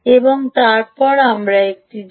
এবং তারপর আমরা একটি sweep